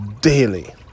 daily